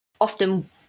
often